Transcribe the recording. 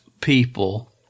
people